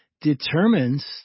determines